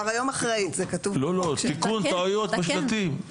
לא, תיקון טעויות בשלטים.